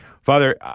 Father